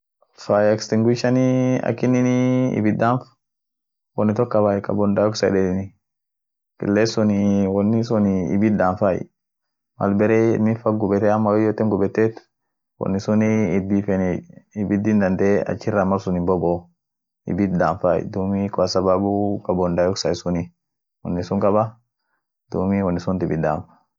Speakernii ak in huji midaas, electricals signals yedeni, ishisuunt gargalche, mechanicaliit gargalche, duum mechanical suuti sauti gargalchite duum sauti suun dagaanie akas huji midaasai speakern